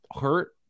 hurt